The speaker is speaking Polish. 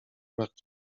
martw